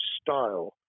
style